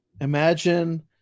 imagine